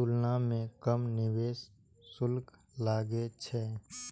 तुलना मे कम निवेश शुल्क लागै छै